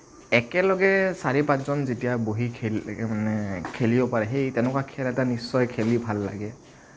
একেলগে চাৰি পাঁচজন যেতিয়া বহি মানে খেলি মানে খেলিব পাৰে সেই তেনেকুৱা খেল এটা নিশ্চয় খেলি ভাল লাগে